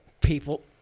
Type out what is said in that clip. people